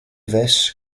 this